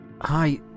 hi